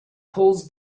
pulls